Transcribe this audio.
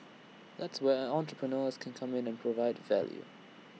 that's where entrepreneurs can come in and provide value